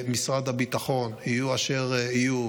יהיו אשר יהיו,